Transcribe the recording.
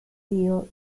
tío